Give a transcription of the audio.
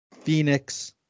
Phoenix